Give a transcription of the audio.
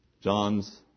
John's